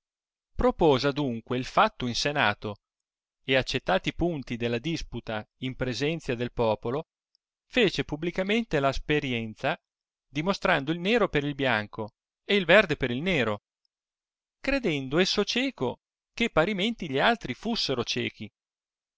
propose adunque il fatto in senato e accettati i punti della disputa in presenzia del popolo fece publicainente la sperienza dimostrando il nero per il bianco e il verde per il nero credendo esso cieco che parimenti gli altri fussero ciechi